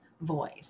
voice